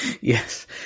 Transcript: Yes